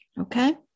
Okay